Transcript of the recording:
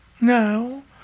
No